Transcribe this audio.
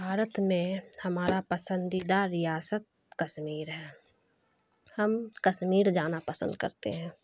بھارت میں ہمارا پسندیدہ ریاست کشمیر ہے ہم کشمیر جانا پسند کرتے ہیں